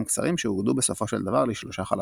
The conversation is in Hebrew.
קצרים שאוגדו בסופו של דבר לשלושה חלקים.